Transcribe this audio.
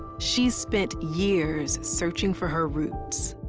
she's spent years searching for her roots.